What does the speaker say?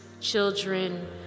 children